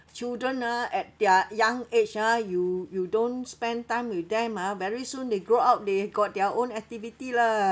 children ah at their young age ah you you don't spend time with them ah very soon they grow up they got their own activity lah